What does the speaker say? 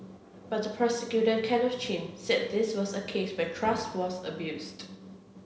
but the prosecutor Kenneth Chin said this was a case where trust was abused